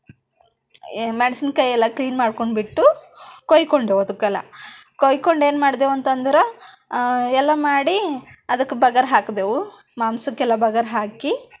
ಮೆಣಸಿನಕಾಯೆಲ್ಲ clean ಮಾಡ್ಕೊಂಡ್ಬಿಟ್ಟು ಕೊಯ್ಕೊಂಡೆವು ಅದಕ್ಕೆಲ್ಲ ಕೊಯ್ಕೊಂಡೇನು ಮಾಡಿದೆವು ಅಂತಂದ್ರೆ ಎಲ್ಲ ಮಾಡಿ ಅದಕ್ಕೆ ಬಗಾರ್ ಹಾಕಿದೆವು ಮಾಂಸಕ್ಕೆಲ್ಲ ಬಗಾರ್ ಹಾಕಿ